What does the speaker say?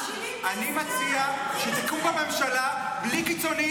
אני מציע שתקום פה ממשלה בלי קיצוניים שמונעים